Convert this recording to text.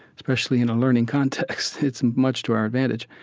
especially in a learning context, it's much to our advantage.